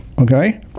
Okay